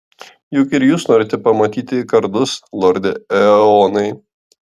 juk ir jūs norite pamatyti kardus lorde eonai